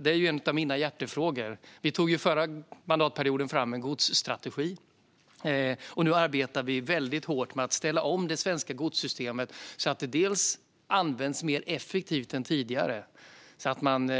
Det är en av mina hjärtefrågor. Vi tog under den förra mandatperioden fram en godsstrategi, och nu arbetar vi väldigt hårt med att ställa om det svenska godssystemet så att det dels används mer effektivt än tidigare genom att man